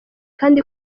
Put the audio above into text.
kandi